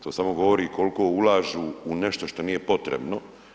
To samo govori kolko ulažu u nešto što nije potrebno.